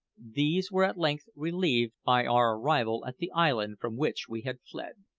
these were at length relieved by our arrival at the island from which we had fled.